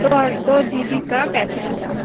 दो दो G B का पैंतीस हजार